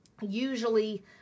Usually